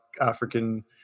African